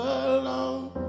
alone